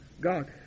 God